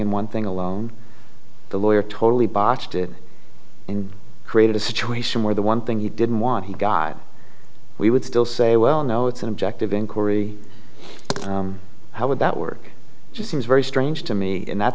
and one thing alone the lawyer totally botched it and created a situation where the one thing he didn't want he got we would still say well no it's an objective inquiry how would that work just seems very strange to me in that